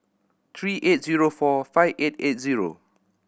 three eight zero four five eight eight zero